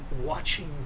watching